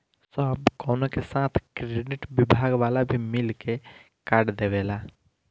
सब कवनो के साथ क्रेडिट विभाग वाला भी मिल के कार्ड देवेला